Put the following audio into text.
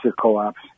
co-ops